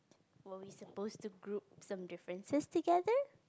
were we supposed to group some differences together